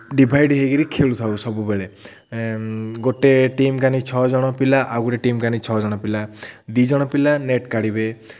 divide ହେଇକିରି ଖେଳୁଥାଉ ସବୁବେଳେ ଗୋଟେ ଟିମ୍ କାନି ଛଅ ଜଣ ପିଲା ଆଉ ଗୋଟେ ଟିମ୍ କାନି ଛଅ ଜଣ ପିଲା ଦୁଇଜଣ ପିଲା ନେଟ୍ କାଢ଼ିବେ